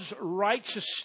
righteous